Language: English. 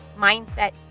mindset